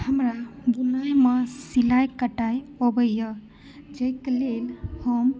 हमरा बुनाइमे सिलाइ कटाइ अबैए जाहिके लेल हम